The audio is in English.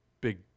big